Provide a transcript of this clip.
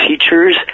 teachers